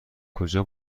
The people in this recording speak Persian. کجا